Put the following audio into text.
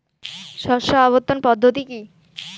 শস্য আবর্তন পদ্ধতি কি?